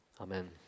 amen